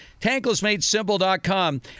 Tanklessmadesimple.com